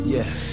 Yes